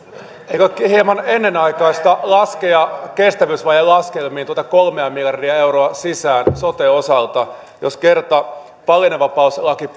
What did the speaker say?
eikö olekin hieman ennenaikaista laskea kestävyysvajelaskelmiin tuota kolmea miljardia euroa sisään soten osalta jos kerta valinnanvapauslaki